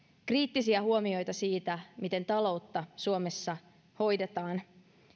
kriittisiä huomioita siitä miten taloutta suomessa hoidetaan